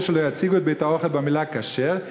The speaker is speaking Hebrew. שלא יציגו את בית-האוכל במילה 'כשר',